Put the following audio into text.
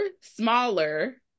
smaller